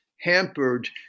hampered